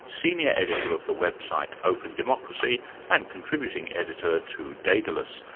senior editor of the website opendemocracy and contributing editor to daedalus,